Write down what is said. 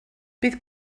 bydd